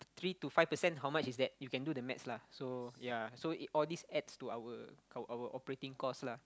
three to five percent how much is that you can do the maths lah so ya so all these adds to our our operating costs lah